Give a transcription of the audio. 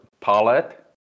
Palette